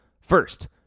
First